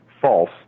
false